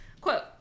Quote